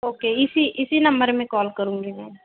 okay इसी इसी number में कॉल करूँगी मैम